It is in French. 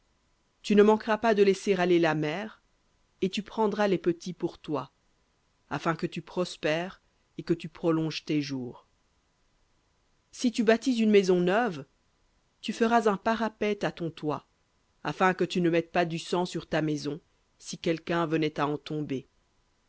tu ne manqueras pas de laisser aller la mère et tu prendras les petits pour toi afin que tu prospères et que tu prolonges tes jours si tu bâtis une maison neuve tu feras un parapet à ton toit afin que tu ne mettes pas du sang sur ta maison si quelqu'un venait à en tomber